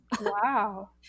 Wow